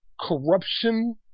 corruption